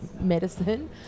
medicine